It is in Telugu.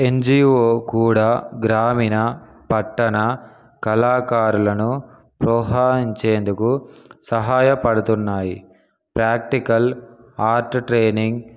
ఎన్జిఓ కూడా గ్రామీణ పట్టణ కళాకారులను ప్రోత్సహించేందుకు సహాయపడుతున్నాయి ప్రాక్టికల్ ఆర్ట్ ట్రైనింగ్